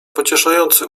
pocieszający